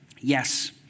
Yes